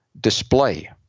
display